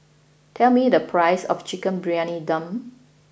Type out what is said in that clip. tell me the price of Chicken Briyani Dum